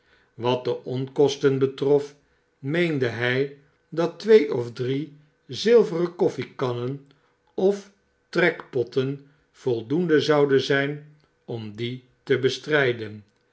wat de onkosten betrof meende hij dat twee of drie zilveren kofeekannen of trekpotten voldoende zouden zijn om die te bestrijden